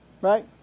Right